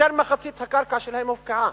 יותר ממחצית הקרקע שלהם הופקעה,